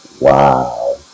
Wow